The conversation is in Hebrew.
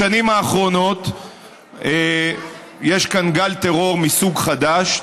בשנים האחרונות יש כאן גל טרור מסוג חדש,